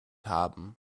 haben